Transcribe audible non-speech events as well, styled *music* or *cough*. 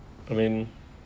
I mean *breath*